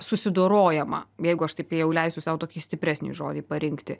susidorojama jeigu aš taip jau leisiu sau tokį stipresnį žodį parinkti